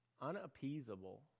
unappeasable